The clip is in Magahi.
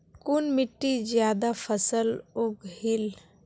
कुन मिट्टी ज्यादा फसल उगहिल?